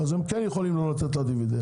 אז הם כן יכולים לא לתת לה דיבידנד.